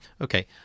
Okay